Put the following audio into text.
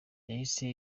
yahise